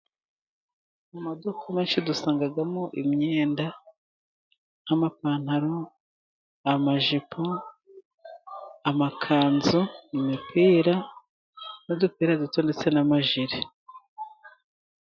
Mu maduka iwacu dusangamo imyenda nk'amapantaro, amajipo, amakanzu, imipira, n'udupira duto ndetse n'amajele.